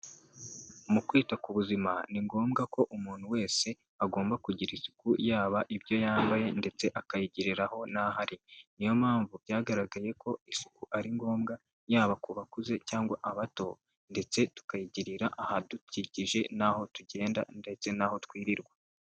Mu kwita ku buzima, ni ngombwa ko umuntu wese agomba kugira isuku, yaba ibyo yambaye, ndetse akayigiriraho n'aho ari. Ni yo mpamvu byagaragaye ko isuku ari ngombwa, yaba ku bakuze cyangwa abato, ndetse tukayigirira ahadukikije n'aho tugenda, ndetse n'aho twirirwa.